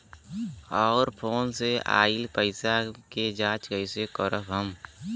और फोन से आईल पैसा के जांच कैसे करब हम?